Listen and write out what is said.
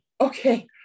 Okay